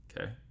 Okay